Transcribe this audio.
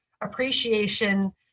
appreciation